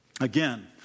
again